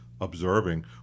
observing